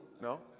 No